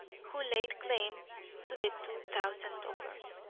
who laid claim to the two thousand dollars.